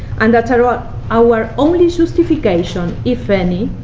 and that our ah our only justification, if any,